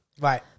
Right